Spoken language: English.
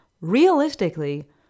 realistically